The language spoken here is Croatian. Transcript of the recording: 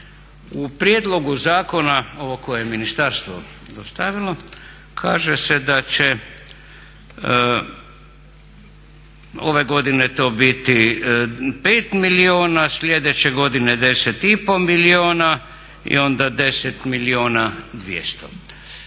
U prijedlogu zakona ovo koje je ministarstvo dostavilo, kaže se da će ove godine to biti 5 milijuna, sljedeće godine 10,5 milijuna i onda 10 milijuna 200.